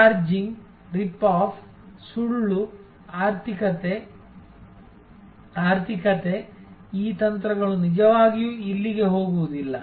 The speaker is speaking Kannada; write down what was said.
ಚಾರ್ಜಿಂಗ್ ರಿಪ್ ಆಫ್ ಸುಳ್ಳು ಆರ್ಥಿಕತೆ ಆರ್ಥಿಕತೆ ಈ ತಂತ್ರಗಳು ನಿಜವಾಗಿಯೂ ಇಲ್ಲಿಗೆ ಹೋಗುವುದಿಲ್ಲ